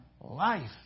life